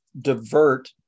divert